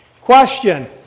Question